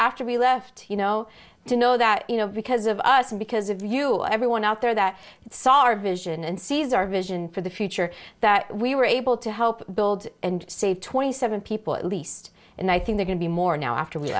after we left you know to know that you know because of us and because of you everyone out there that saw our vision and sees our vision for the future that we were able to help build and save twenty seven people at least and i think there can be more now after we